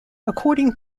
according